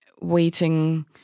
waiting